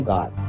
God